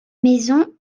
maison